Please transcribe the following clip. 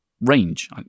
range